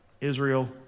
Israel